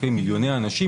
מיליוני אנשים,